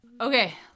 Okay